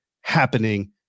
happening